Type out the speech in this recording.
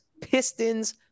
Pistons